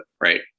right